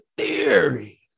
theory